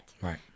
right